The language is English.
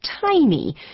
tiny